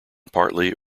partly